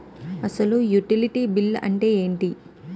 అసలు utility bill అంతే ఎంటి?